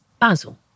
basil